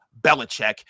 Belichick